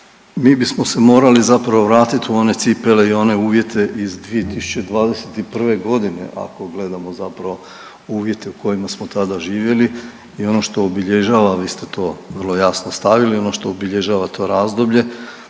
Mi bismo se morali zapravo vratit u one cipele i one uvjete iz 2021.g. ako gledamo zapravo uvjete u kojima smo tada živjeli i ono što obilježava, a vi ste to vrlo jasno stavili, ono što obilježava to razdoblje